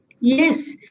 Yes